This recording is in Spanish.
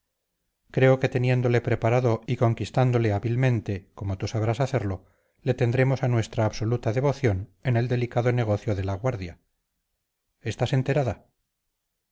creo que teniéndole preparado y conquistándole hábilmente como tú sabrás hacerlo le tendremos a nuestra absoluta devoción en el delicado negocio de la guardia estás enterada